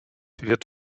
wird